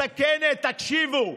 מסכנת, תקשיבו,